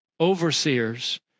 overseers